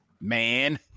man